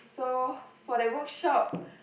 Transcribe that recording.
so for that workshop